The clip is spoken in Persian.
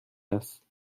است